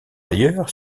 ailleurs